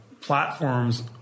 platforms